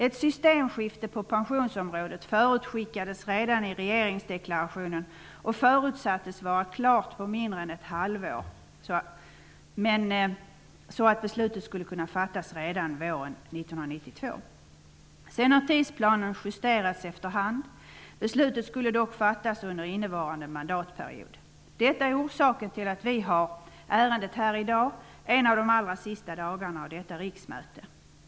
Ett systemskifte på pensionsområdet förutskickades redan i regeringsdeklarationen och förutsattes vara klart efter mindre än ett halvår för att beslut skulle kunna fattas redan våren 1992. Tidsplanen har sedan justerats efter hand. Beslutet skulle dock fattas under innevarande mandatperiod. Detta är orsaken till att ärendet nu skall behandlas i dag, en av de allra sista dagarna av detta riksmöte.